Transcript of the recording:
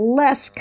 less